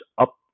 up